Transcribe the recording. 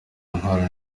intwaro